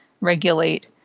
regulate